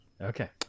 Okay